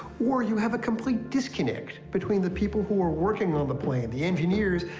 or you have a complete disconnect between the people who are working on the plane, the engineers,